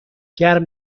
گرم